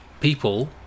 people